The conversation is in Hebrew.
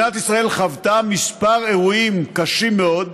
מדינת ישראל חוותה כמה אירועים קשים מאוד,